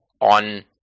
on